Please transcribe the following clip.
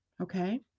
okay